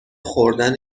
خوردن